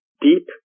deep